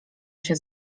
się